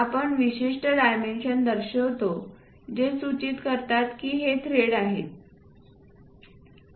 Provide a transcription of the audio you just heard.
आपण विशिष्ट डायमेन्शन दर्शवितो जे सूचित करतात की हे थ्रेड्स आहेत